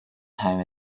time